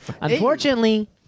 Unfortunately